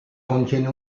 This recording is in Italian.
contiene